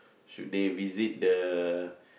should they visit the